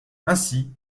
ainsi